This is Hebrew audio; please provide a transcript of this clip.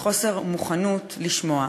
ובחוסר מוכנות לשמוע.